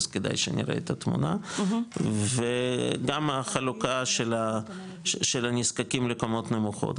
אז כדאי שנראה את התמונה וגם החלוקה של הנזקקים לקומות נמוכות,